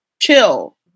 chill